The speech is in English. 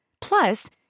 Plus